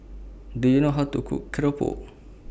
Do YOU know How to Cook Keropok